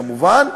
כמובן.